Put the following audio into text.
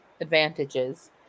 advantages